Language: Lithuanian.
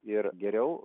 ir geriau